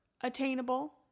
attainable